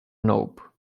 nope